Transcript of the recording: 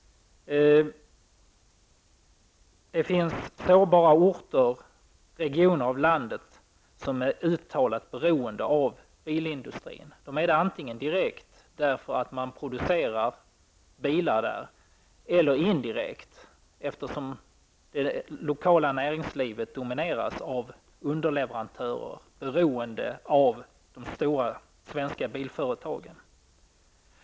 Det finns sårbara orter och regioner i landet som är uttalat beroende av bilindustrin. De är det antingen direkt, därför att man producerar bilar där, eller indirekt eftersom det lokala näringslivet domineras av underleverantörer beroende av de stora svenska bilföretagen.